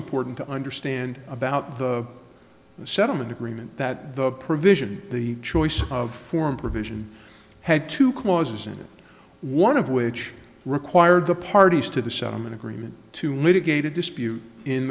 important to understand about the settlement agreement that the provision the choice of form provision had two clauses in it one of which required the parties to the settlement agreement to litigate a dispute in